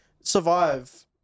survive